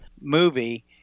movie